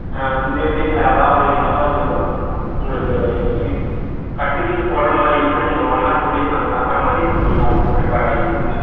maybe அதாவது எதாவது உங்களுக்கு இ கட்டு கீது போடுகிற மாதிரி இருந்துச்சுனா நீங்கள் ஒன் ஆர் டூ டேஸ் அங்கே தங்குகற மாதிரி இருக்கும் நீங்கள் அதுக்கும் ப்ரிப்பராகி வந்துடுங்க